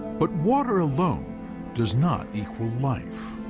but water alone does not equal life.